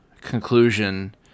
conclusion